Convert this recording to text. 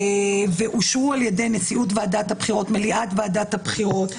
ואושרו על-ידי נשיאות ועדת הבחירות ומליאת ועדת הבחירות.